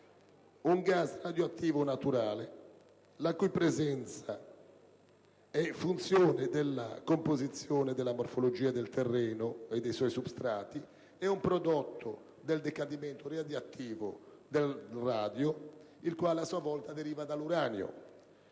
un gas radioattivo naturale, la cui presenza è in funzione della composizione della morfologia del terreno e dei suoi substrati; è un prodotto del decadimento radioattivo del radio, il quale, a sua volta, deriva dall'uranio.